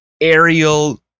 aerial